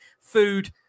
food